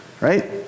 right